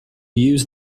use